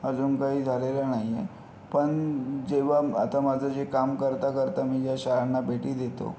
अजून काही झालेलं नाही आहे पण जेव्हा आता माझं जे काम करता करता मी जे शाळांना भेटी देतो